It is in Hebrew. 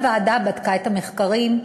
הוועדה בדקה את המחקרים,